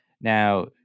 Now